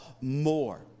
more